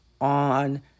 on